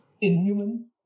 inhuman